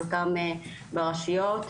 חלקם ברשויות,